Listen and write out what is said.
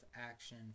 action